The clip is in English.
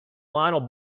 lionel